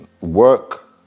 work